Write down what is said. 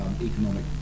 economic